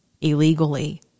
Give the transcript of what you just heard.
illegally